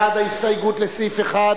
בעד ההסתייגות לסעיף 1,